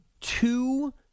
two